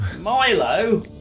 Milo